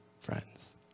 friends